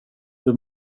hur